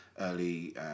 early